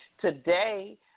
today